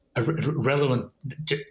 relevant